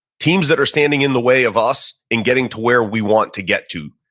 teams that are standing in the way of us in getting to where we want to get to.